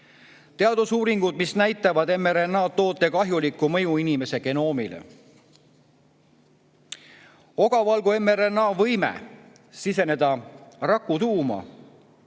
Teadusuuringud näitavad mRNA‑toote kahjulikku mõju inimese genoomile. Ogavalgu mRNA võime siseneda rakutuuma